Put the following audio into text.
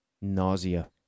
nausea